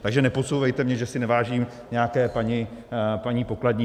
Takže nepodsouvejte mně, že si nevážím nějaké paní pokladní.